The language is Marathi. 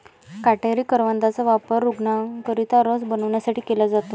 काटेरी करवंदाचा वापर रूग्णांकरिता रस बनवण्यासाठी केला जातो